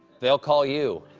they'll call you.